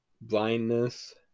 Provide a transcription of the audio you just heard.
blindness